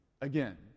again